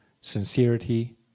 sincerity